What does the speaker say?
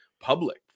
public